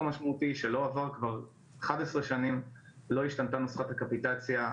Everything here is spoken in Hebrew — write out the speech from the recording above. משמעותי שכבר 11 שנים לא השתנתה נוסחת הקפיטציה.